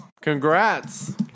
Congrats